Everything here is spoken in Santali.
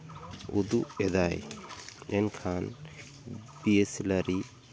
ᱩᱫᱩᱜ ᱮᱫᱟᱭ ᱢᱮᱱᱠᱷᱟᱱ ᱵᱤᱭᱮᱥᱤᱱᱟᱨᱤ